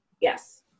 Yes